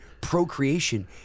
procreation